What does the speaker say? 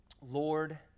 Lord